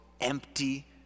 empty